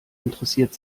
interessiert